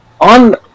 On